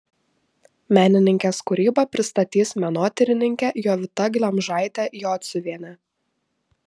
menininkės kūrybą pristatys menotyrininkė jovita glemžaitė jociuvienė